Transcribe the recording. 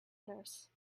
nurse